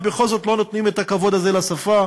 ובכל זאת לא נותנים את הכבוד הזה לשפה.